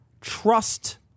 trust